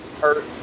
hurt